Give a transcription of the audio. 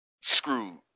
screwed